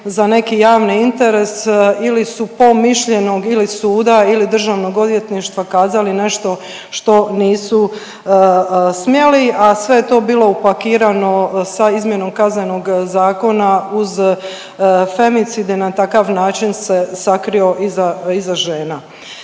za neki javni interes ili su po mišljenju ili suda ili Državnog odvjetništva kazali nešto što nisu smjeli, a sve je to bilo upakirano sa izmjenom Kaznenog zakona uz femicid i na takav način se sakrio iza žena.